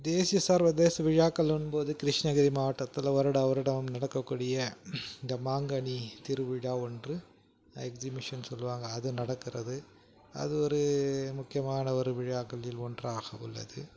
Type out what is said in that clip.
தேசிய சர்வதேச விழாக்களுன்னும்போது கிருஷ்ணகிரி மாவட்டத்தில் வருடா வருடம் நடக்கக்கூடிய இந்த மாங்கனி திருவிழா ஒன்று எக்ஸிபிஷன் சொல்லுவாங்க அது நடக்கிறது அது ஒரு முக்கியமான ஒரு விழாக்களில் ஒன்றாக உள்ளது